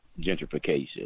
gentrification